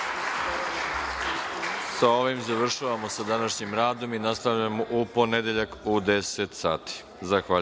Ovim završavamo sa današnjim radom i nastavljamo u ponedeljak u 10.00